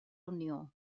unió